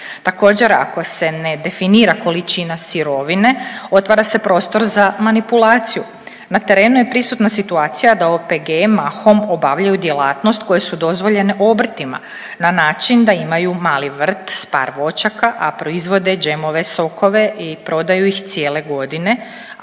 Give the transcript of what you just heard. Također ako se ne definira količina sirovine otvara se prostor za manipulaciju. Na terenu je prisutna situacija da OPG-i mahom obavljaju djelatnost koje su dozvoljene obrtima na način da imaju mali vrt s par voćaka, a proizvode džemove, sokove i prodaju ih cijele godine,